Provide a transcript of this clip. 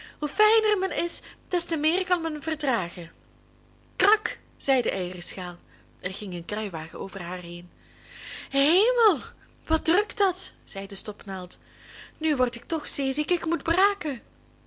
hoe fijner men is des te meer kan men verdragen krak zei de eierschaal er ging een kruiwagen over haar heen hemel wat drukt dat zei de stopnaald nu word ik toch zeeziek ik moet braken